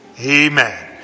Amen